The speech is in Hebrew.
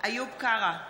איוב קרא,